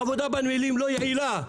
העבודה בנמלים לא יעילה.